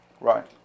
Right